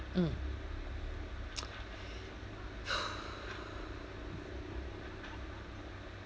mm